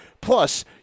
Plus